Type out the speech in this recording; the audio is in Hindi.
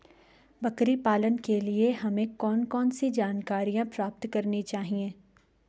बकरी पालन के लिए हमें कौन कौन सी जानकारियां प्राप्त करनी चाहिए?